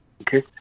Okay